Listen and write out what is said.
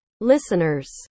listeners